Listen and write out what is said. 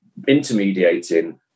intermediating